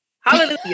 Hallelujah